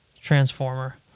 Transformer